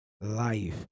life